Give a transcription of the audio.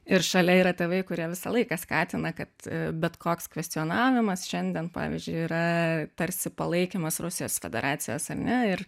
ir šalia yra tėvai kurie visą laiką skatina kad bet koks kvestionavimas šiandien pavyzdžiui yra tarsi palaikymas rusijos federacijos ane ir